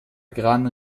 gran